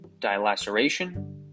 dilaceration